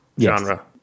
genre